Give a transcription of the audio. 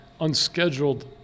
unscheduled